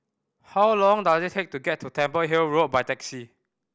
how long does it take to get to Temple Hill Road by taxi